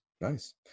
Nice